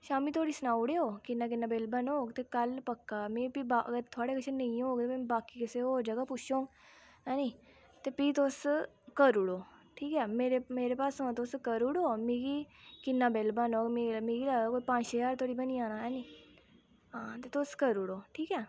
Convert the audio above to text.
शामी धोड़ी सनाउ उड़ेओ किन्ना किन्ना बिल बनग ते कल पक्का मिगी फ्ही थुआढ़े कशा नेईं होग ते बाकी किसै होर जगह् पुच्छङ हैनी ते फ्ही तुस करू उड़ो ठीक ऐ मेरे मेरे पासेआ तुस करू उड़ो मिगी किन्ना बिल बनग मिगी लगदा कोई पंज छे ज्हार धोड़ी बनी जाना ऐ हैनी हां ते तुस करू उड़ो ठीक ऐ